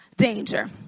danger